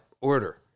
Order